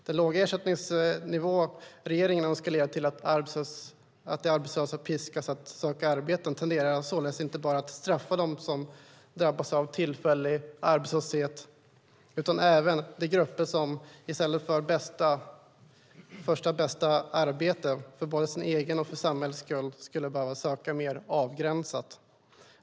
Den låga ersättningsnivå som regeringen önskar ska leda till att arbetslösa piskas att söka arbeten tenderar således att straffa inte bara dem som har drabbats av tillfällig arbetslöshet utan även de grupper som - för både sin egen och samhällets skull - i stället för att söka första bästa arbete skulle behöva söka mer avgränsat.